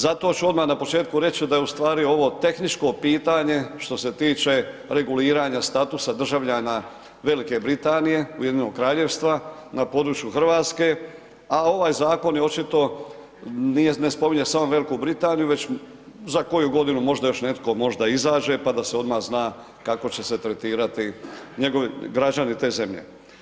Zato ću odmah na početku reći da je ustvari ovo tehničko pitanje što se tiče reguliranja statusa državljana Velike Britanije, Ujedinjenog Kraljevstva na području Hrvatske, a ovaj zakon očito ne spominje samo Veliku Britaniju već za koju godinu možda još netko izađe pa da se odmah zna kako će se tretirati njegovi građani te zemlje.